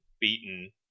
beaten